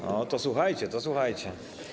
No to słuchajcie, to słuchajcie.